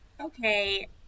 Okay